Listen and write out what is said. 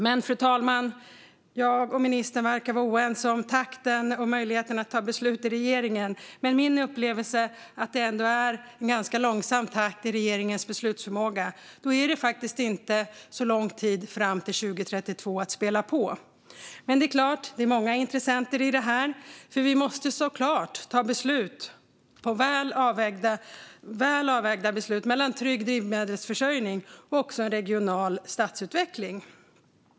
Ministern och jag verkar vara oense om takten och möjligheten att ta beslut i regeringen, fru talman, men min upplevelse är ändå att det är ganska långsam takt i regeringens beslutsförmåga. Då är det faktiskt inte så lång tid fram till 2032 att spela på. Det är många intressenter i det här, för vi måste såklart ta väl avvägda beslut mellan trygg drivmedelsförsörjning och en regional stadsutveckling.